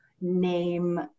name